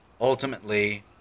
Ultimately